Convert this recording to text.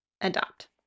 adopt